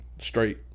straight